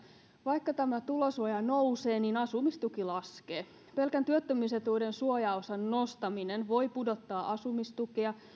vaikka tämä tulosuoja nousee niin asumistuki laskee pelkän työttömyysetuuden suojaosan nostaminen voi pudottaa asumistukea